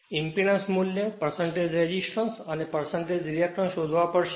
impedance મૂલ્ય resistance અને reactance શોધવા પડશે